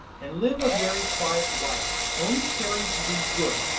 and live a very quiet life, only caring to do good,